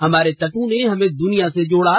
हमारे तटों ने हमे दुनियां से जोड़ा